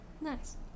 Nice